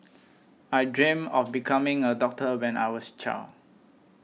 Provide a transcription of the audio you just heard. I dreamt of becoming a doctor when I was child